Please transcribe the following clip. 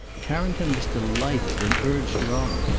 carrington was delighted, and urged her on.